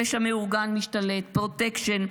פשע מאורגן משתלט, פרוטקשן,